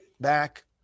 back